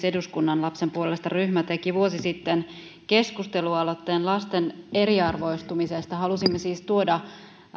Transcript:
eduskunnan lapsen puolesta ryhmä teki vuosi sitten keskustelualoitteen lasten eriarvoistumisesta halusimme siis tuoda